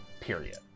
period